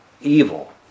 evil